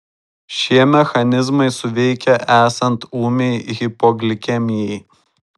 šie mechanizmai suveikia esant ūmiai hipoglikemijai